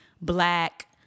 black